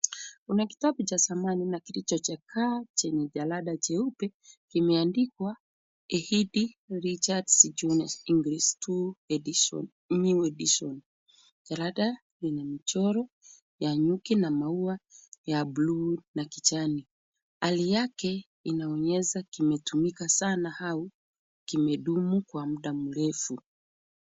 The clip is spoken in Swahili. Kuna kitabu cha zamani na kilichochakaa chenye jalada cheupe kimeandikwa; Haydn Richards Junes , English Two New Edition .Jalada lina mchoro ya nyuki na Maua ya buluu na kijani .Hali yake inaonyesha kimetumika sana au kimedumu kwa muda mrefu.